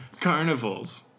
Carnivals